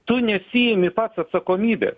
tu nesiimi pats atsakomybės